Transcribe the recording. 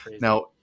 Now